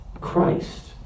Christ